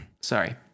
Sorry